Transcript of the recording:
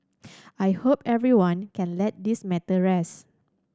I hope everyone can let this matter rest